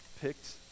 picked